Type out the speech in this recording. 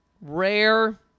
rare